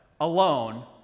alone